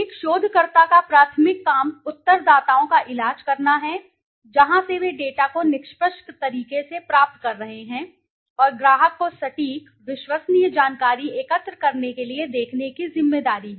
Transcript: एक शोधकर्ता का प्राथमिक काम उत्तरदाताओं का इलाज करना है जहां से वे डेटा को निष्पक्ष तरीके से प्राप्त कर रहे हैं और ग्राहक को सटीक विश्वसनीय जानकारी एकत्र करने के लिए देखने की जिम्मेदारी है